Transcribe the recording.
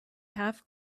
half